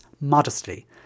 modestly